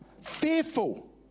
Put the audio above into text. fearful